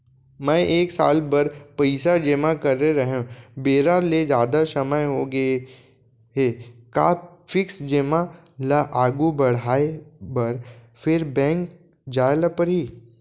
मैं एक साल बर पइसा जेमा करे रहेंव, बेरा ले जादा समय होगे हे का फिक्स जेमा ल आगू बढ़ाये बर फेर बैंक जाय ल परहि?